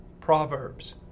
Proverbs